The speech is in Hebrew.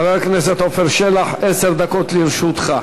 חבר הכנסת עפר שלח, עשר דקות לרשותך.